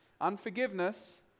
Unforgiveness